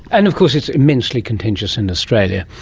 and of course it's immensely contentious in australia,